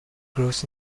grows